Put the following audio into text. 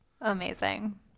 Amazing